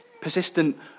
Persistent